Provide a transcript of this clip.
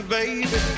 baby